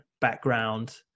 background